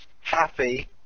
happy